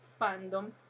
fandom